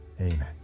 Amen